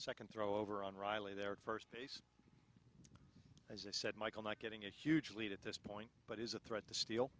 second throw over on riley there at first base as i said michael not getting a huge lead at this point but he's a threat to steal